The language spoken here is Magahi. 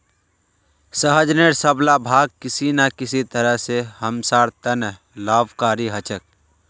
सहजनेर सब ला भाग किसी न किसी तरह स हमसार त न लाभकारी ह छेक